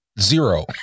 zero